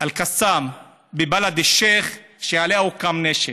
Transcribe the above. אל-קסאם בבלד א-שייח', שעליה הוקמה נשר,